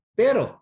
pero